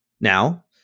Now